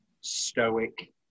stoic